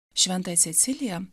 šventąją ceciliją